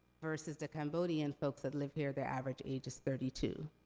versus the cambodian folks that live here, their average age is thirty two.